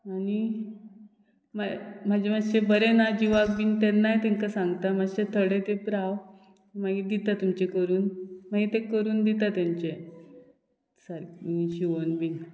आनी म्हाय म्हाजें मातशें बरें ना जिवाक बीन तेन्नाय तांकां सांगता मातशें थोडें तेंप राव दिता तुमचें करून मागीर तें करून दिता तेंचे शिवोन बीन